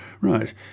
Right